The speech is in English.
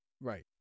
right